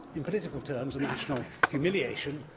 in political terms, a national humiliation,